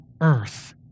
earth